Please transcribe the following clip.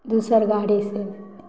दोसर गाड़ीसँ